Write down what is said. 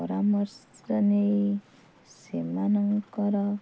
ପରାମର୍ଶ ନେଇ ସେମାନଙ୍କର